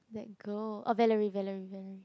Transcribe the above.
that girl oh Bellerina Bellerina Bellerina